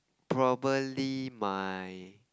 probably my